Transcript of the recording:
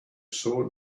sword